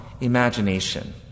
imagination